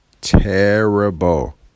Terrible